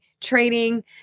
training